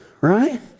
right